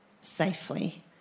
safely